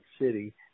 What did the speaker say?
City